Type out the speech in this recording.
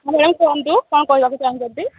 ହଁ ମ୍ୟାଡ଼ମ୍ କୁହନ୍ତୁ କଣ କହିବାକୁ ଚାହୁଁଛନ୍ତି